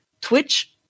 Twitch